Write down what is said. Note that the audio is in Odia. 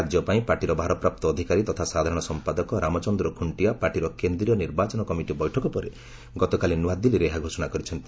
ରାଜ୍ୟ ପାଇଁ ପାର୍ଟିର ଭାରପ୍ରାପ୍ତ ଅଧିକାରୀ ତଥା ସାଧାରଣ ସମ୍ପାଦକ ରାମଚନ୍ଦ୍ର ଖୁଷ୍ଟିଆ ପାର୍ଟିର କେନ୍ଦ୍ରୀୟ ନିର୍ବାଚନ କମିଟି ବୈଠକ ପରେ ଗତକାଲି ନ୍ତଆଦିଲ୍ଲୀରେ ଏହା ଘୋଷଣା କରିଛନ୍ତି